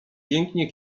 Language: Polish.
pięknie